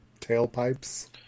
tailpipes